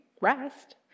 Rest